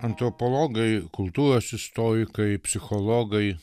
antropologai kultūros istorikai psichologai